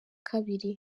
kabiri